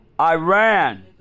Iran